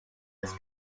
its